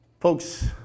Folks